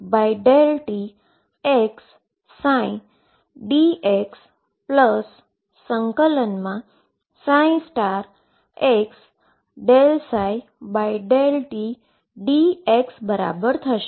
જે ∫ ∂ψ∂t xψ dx∫ x∂ψ∂t dx બરાબર થશે